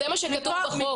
זה מה שכתוב בחוק.